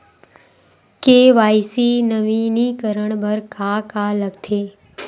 KYC नवीनीकरण बर का का लगथे?